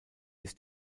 ist